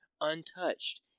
untouched